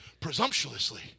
presumptuously